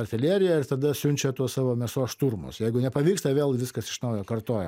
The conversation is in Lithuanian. artilerija ir tada siunčia tuos savo mėsos šturmus jeigu nepavyksta vėl viskas iš naujo kartoja